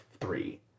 three